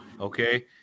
Okay